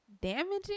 damaging